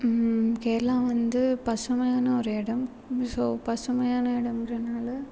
கேரளா வந்து பசுமையான ஒரு இடம் ஸோ பசுமையான இடம்ன்றனால